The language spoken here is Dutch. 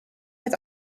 het